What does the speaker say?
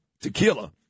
Tequila